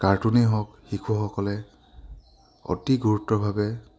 কাৰ্টুনেই হওক শিশুসকলে অতি গুৰুতৰভাৱে